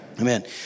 Amen